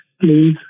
please